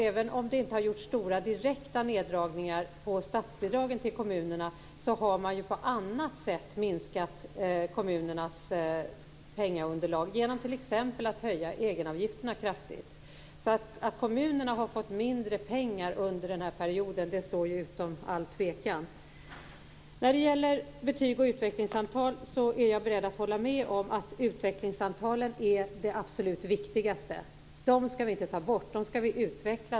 Även om det inte har genomförts stora direkta neddragningar av statsbidragen till kommunerna har man på annat sätt minskat kommunernas penningunderlag, t.ex. genom att kraftigt höja egenavgifterna. Att kommunerna har fått mindre pengar under den här perioden står ju utom allt tvivel. När det gäller betyg och utvecklingssamtal är jag beredd att hålla med om att utvecklingssamtalen är absolut viktigast. Dem skall vi inte ta bort, utan dem skall vi utveckla.